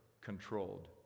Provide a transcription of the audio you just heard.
controlled